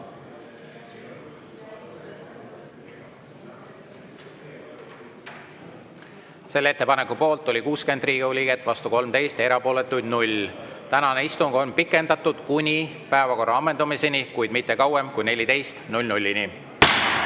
Selle ettepaneku poolt oli 60 Riigikogu liiget, vastu 13, erapooletuid 0. Tänane istung on pikendatud kuni päevakorra ammendumiseni, kuid mitte kauem kui